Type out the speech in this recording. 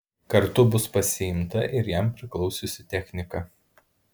kartu bus pasiimta ir jam priklausiusi technika